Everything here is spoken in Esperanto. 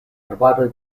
arbaroj